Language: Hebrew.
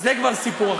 זה כבר סיפור אחר.